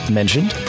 mentioned